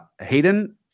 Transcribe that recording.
Hayden